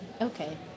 okay